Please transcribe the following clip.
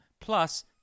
Plus